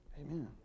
Amen